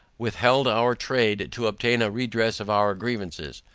withheld our trade to obtain a redress of our grievances,